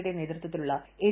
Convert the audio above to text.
യുടെ നേതൃത്വത്തിലുള്ള എൻ